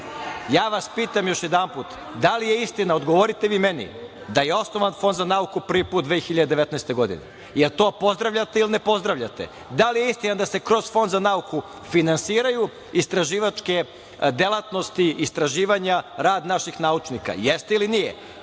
vas još jedanput, odgovorite vi meni, da je osnovan Fond za nauku prvi put 2019. godine? Jel to pozdravljate ili ne pozdravljate? Da li je istina da se kroz Fond za nauku finansiraju istraživačke delatnosti, istraživanja, rad naših naučnika, jeste ili nije?